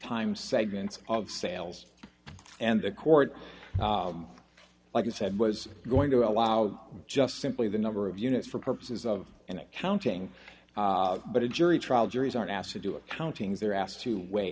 time segments of sales and the court like you said was going to allow just simply the number of units for purposes of an accounting but a jury trial juries are asked to do accounting they're asked to weigh